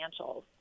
financials